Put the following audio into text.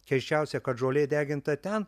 keisčiausia kad žolė deginta ten